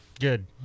Good